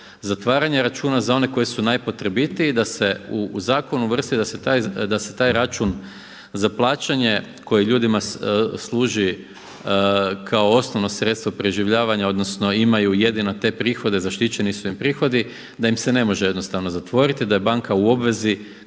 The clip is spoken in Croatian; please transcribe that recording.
zatvaranja računa za one koji su najpotrebitiji da se u zakon uvrsti da se taj račun za plaćanje koji ljudima služi kao osnovno sredstvo preživljavanja, odnosno imaju jedino te prihode, zaštićeni su im prihodi, da im se ne može jednostavno zatvoriti, da je banka u obvezi